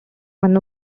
one